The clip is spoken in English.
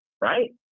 right